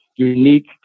unique